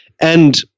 And-